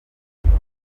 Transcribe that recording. mbana